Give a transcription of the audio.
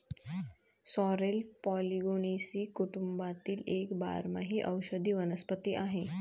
sorrel Polygonaceae कुटुंबातील एक बारमाही औषधी वनस्पती आहे